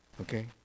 Okay